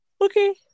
Okay